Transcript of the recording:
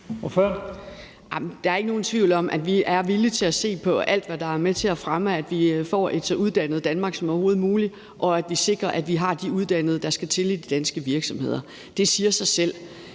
Der er ikke nogen tvivl om, at vi er villige til at se på alt, hvad der er med til at fremme, at vi får et så uddannet Danmark som overhovedet muligt, og at vi sikrer, at vi har de uddannede, der skal til i de danske virksomheder. Det siger sig selv.